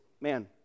man